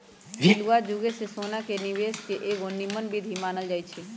पहिलुआ जुगे से सोना निवेश के एगो निम्मन विधीं मानल जाइ छइ